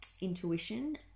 intuition